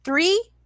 Three